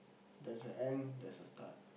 there's a end there's a start